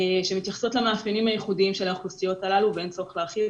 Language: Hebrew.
שמתייחסות למאפיינים הייחודיים של האוכלוסיות הללו ואין צורך להרחיב,